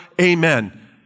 amen